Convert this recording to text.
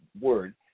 word